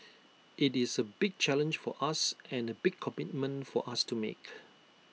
IT is A big challenge for us and A big commitment for us to make